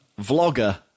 Vlogger